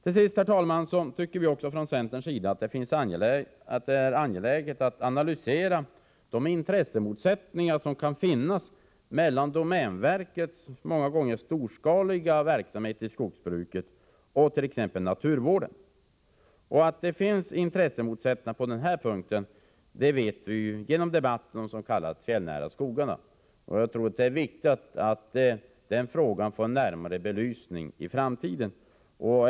Till sist, herr talman, finner vi det från centerns sida angeläget att analysera de intressemotsättningar som kan finnas mellan domänverkets många gånger storskaliga verksamhet i skogsbruket och t.ex. naturvården. Att det finns intressemotsättningar på den här punkten vet vi genom debatten om de s.k. fjällnära skogarna. Det är viktigt att den frågan får en närmare belysning i framtiden.